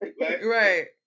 Right